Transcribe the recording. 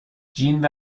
جین